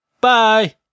Bye